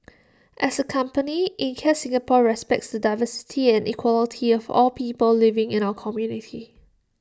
as A company Ikea Singapore respects the diversity and equality of all people living in our community